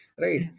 right